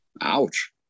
Ouch